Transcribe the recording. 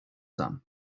some